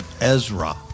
Ezra